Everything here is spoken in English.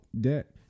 debt